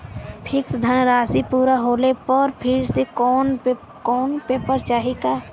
Fix धनराशी पूरा होले पर फिर से कौनो पेपर चाही का?